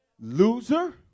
loser